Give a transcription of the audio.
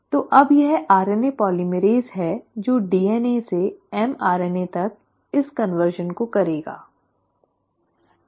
तो अब यह आरएनए पोलीमरेज़ है जो DNA से mRNA तक इस रूपांतरण को करेगा